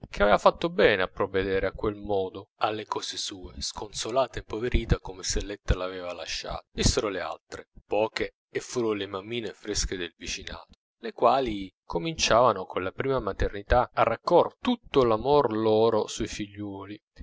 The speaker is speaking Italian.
che avea fatto bene a provvedere a quel modo alle cose sue sconsolata e impoverita come selletta l'avea lasciata dissero le altre poche e furono le mammine fresche del vicinato le quali cominciavano con la prima maternità a raccr tutto l'amor loro sui figliuoli